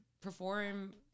perform